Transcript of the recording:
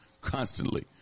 constantly